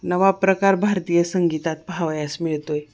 नवा प्रकार भारतीय संगीतात पाहवयास मिळतो आहे